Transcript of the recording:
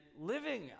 living